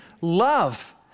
love